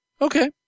Okay